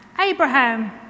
Abraham